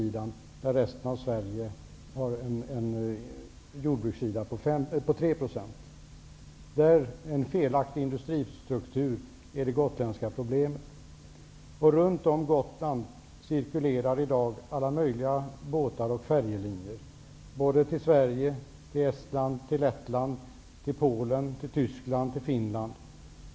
I övriga Sverige är motsvarande andel 3 %. En felaktig industristruktur är det gotländska problemet. Runt Gotland cirkulerar i dag alla möjliga båtar och färjelinjer. De går till Sverige, Estland, Lettland, Polen, Tyskland och Finland.